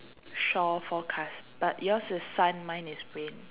shore forecast but yours is sun mine is wind